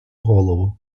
голову